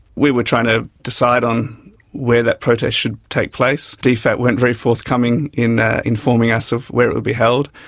we were trying to decide on where that protest should take place. dfat weren't very forthcoming in informing us of where it would be held.